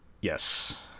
Yes